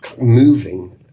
moving